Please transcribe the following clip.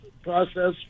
Process